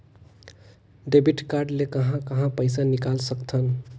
Debit card ले कहां कहां पइसा निकाल सकथन?